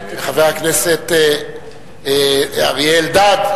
ואני מזמין את חבר הכנסת אריה אלדד.